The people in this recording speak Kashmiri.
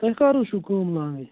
تۄہہِ کَر حظ چھُو کٲم لاگٕنۍ